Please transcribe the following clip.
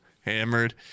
hammered